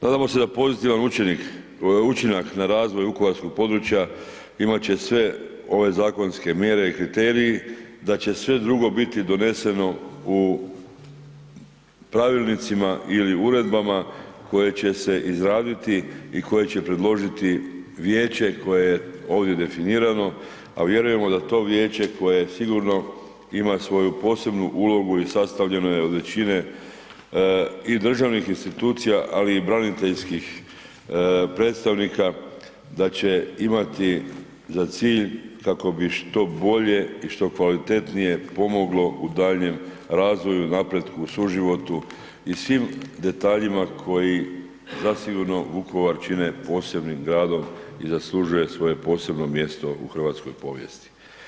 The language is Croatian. Nadamo da pozitivan učenik, učinak na razvoj vukovarskog područja imat će sve ove zakonske mjere i kriteriji, da će sve drugo biti doneseno u pravilnicima ili uredbama koje će se izraditi i koje će predložiti vijeće koje je ovdje definirano, a vjerujemo da to vijeće koje sigurno ima svoju posebnu ulogu i sastavljeno je od većine i državnih institucija, ali i braniteljskih predstavnika da će imati za cilj kako bi što bolje i što kvalitetnije pomoglo u daljnjem razvoju, napretku, suživotu i svim detaljima koji zasigurno Vukovar čine posebnim gradom i zaslužuje svoje posebno mjesto u hrvatskoj povijesti.